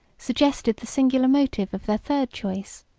suggested the singular motive of their third choice.